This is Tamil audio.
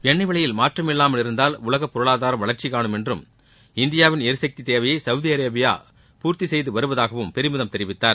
எண்ணெய் விலையில் மாற்றம் இல்லாமல் இருந்தால் உலக பொருளாதாரம் வளர்ச்சி கானும் என்றும் இந்தியாவின் எரிசக்தி தேவையை சவுதிஅரேபியா பூர்த்தி செய்து வருவதாகவும் பெருமிதம் தெரிவித்தார்